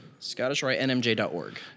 scottishrightnmj.org